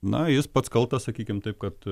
na jis pats kaltas sakykim taip kad